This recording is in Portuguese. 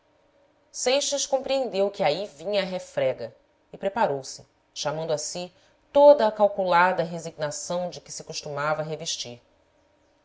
seixas compreendeu que aí vinha a refrega e preparou-se chamando a si toda a calculada resignação de que se costumava revestir